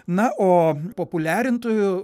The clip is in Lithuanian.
na o populiarintojų